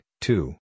two